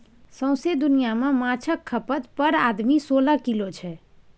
सौंसे दुनियाँ मे माछक खपत पर आदमी सोलह किलो छै